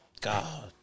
God